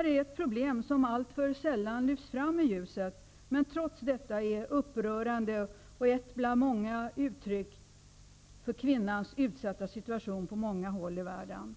är ett problem, som alltför sällan lyfts fram i ljuset men som, trots detta, är upprörande och ett bland många uttryck för kvinnans utsatta situation på många håll i världen.